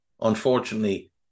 unfortunately